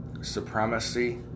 supremacy